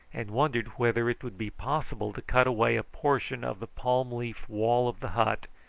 and wondered whether it would be possible to cut away a portion of the palm-leaf wall of the hut,